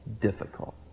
difficult